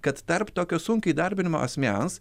kad tarp tokio sunkiai įdarbinamo asmens